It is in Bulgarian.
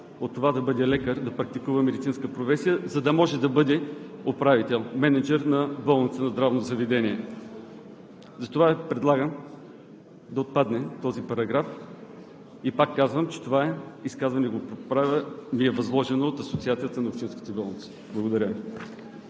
от това да бъде лекар, да практикува медицинска професия, за да може да бъде управител – мениджър на болница, на здравно заведение. Затова предлагам да отпадне този параграф и пак казвам, че това изказване го правя, възложено ми е от Асоциацията на общинските болници. Благодаря Ви.